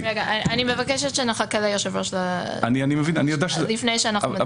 --- אני מבקשת שנחכה ליושב-ראש לפני שאנחנו מדברים בנושא הזה.